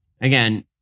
Again